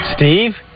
Steve